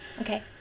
Okay